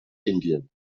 indien